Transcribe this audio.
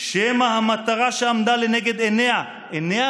שמא המטרה שעמדה לנגד עיניה" עיניה,